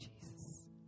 Jesus